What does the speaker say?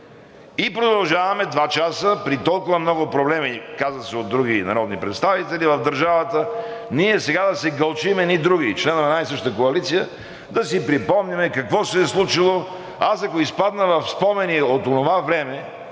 И продължаваме два часа при толкова много проблеми – каза се от други народни представители, в държавата, ние сега да се гълчим едни други, членове на една и съща коалиция да си припомняме какво се е случило. Аз ако изпадна в спомени от онова време